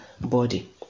body